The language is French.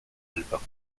alpin